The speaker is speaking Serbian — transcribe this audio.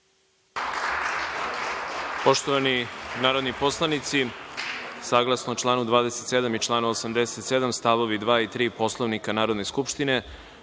Poštovani narodni poslanici, saglasno članu 27. i članu 87. st. 2. i 3. Poslovnika Narodne skupštine,